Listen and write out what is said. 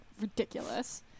ridiculous